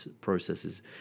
processes